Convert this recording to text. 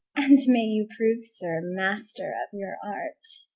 and may you prove, sir, master of your art!